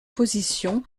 position